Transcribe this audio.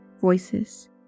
voices